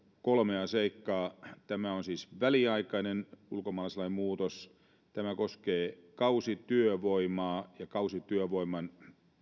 kolmea seikkaa tämä on siis väliaikainen ulkomaalaislain muutos tämä koskee kausityövoimaa ja kausityövoiman